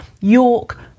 york